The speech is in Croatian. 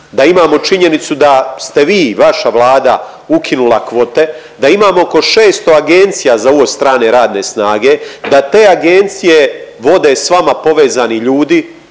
da imamo činjenicu da ste vi i vaša Vlada ukinula kvote, da imamo oko 600 agencija za uvoz strane radne snage, da te agencije vode s vama povezani ljudi